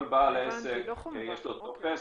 כל בעל עסק יש לו טופס.